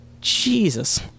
Jesus